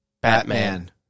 Batman